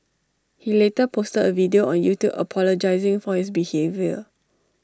he later posted A video on YouTube apologising for his behaviour